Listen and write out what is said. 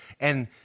And-